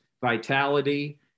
vitality